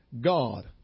God